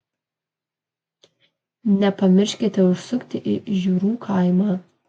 nepamirškite užsukti į žiurų kaimą